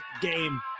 game